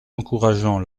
encourageant